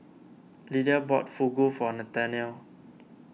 Lydia bought Fugu for Nathanael